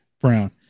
Brown